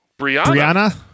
Brianna